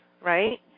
right